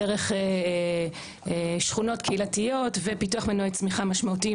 דרך שכונות קהילתיות ופיתוח מנועי צמיחה משמעותיים